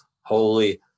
holy